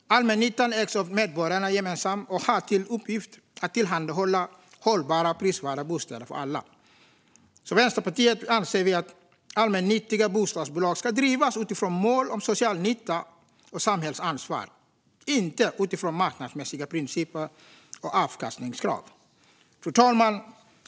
Allmännyttan ägs av medborgarna gemensamt och har till uppgift att tillhandahålla hållbara och prisvärda bostäder för alla. Vänsterpartiet anser att allmännyttiga bostadsbolag ska drivas utifrån mål om social nytta och samhällsansvar, inte utifrån marknadsmässiga principer och avkastningskrav. Fru talman!